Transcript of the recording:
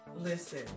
listen